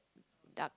dark